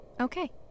Okay